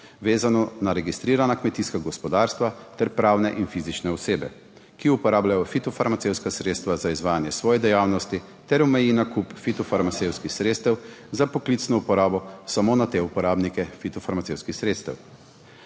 vezano na registrirana kmetijska gospodarstva ter pravne in fizične osebe, ki uporabljajo fitofarmacevtska sredstva za izvajanje svoje dejavnosti, ter omeji nakup fitofarmacevtskih sredstev za poklicno uporabo samo na te uporabnike fitofarmacevtskih sredstev.